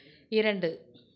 இரண்டு